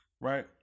right